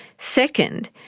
second,